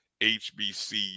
HBCU